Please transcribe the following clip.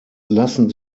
lassen